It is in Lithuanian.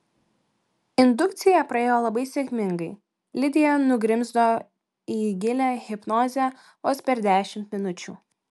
indukcija praėjo labai sėkmingai lidija nugrimzdo į gilią hipnozę vos per dešimt minučių